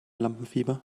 lampenfieber